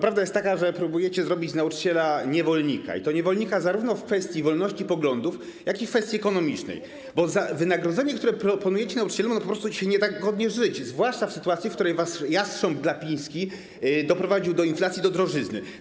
Prawda jest taka, że próbujecie zrobić z nauczyciela niewolnika, i to niewolnika zarówno w kwestii wolności poglądów, jak i w kwestii ekonomicznej, bo za wynagrodzenie, które proponujecie nauczycielom, po prostu nie da się godnie żyć, zwłaszcza w sytuacji, w której wasz jastrząb Glapiński doprowadził do inflacji, do drożyzny.